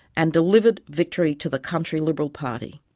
and delivering victory to the country liberal party.